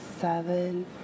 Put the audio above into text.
seven